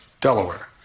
Delaware